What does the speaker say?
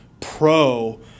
pro